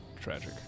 tragic